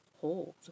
hold